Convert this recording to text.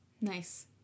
Nice